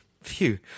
Phew